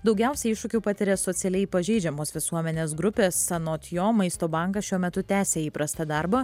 daugiausia iššūkių patiria socialiai pažeidžiamos visuomenės grupės anot jo maisto bankas šiuo metu tęsia įprastą darbą